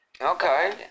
Okay